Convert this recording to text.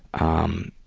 um,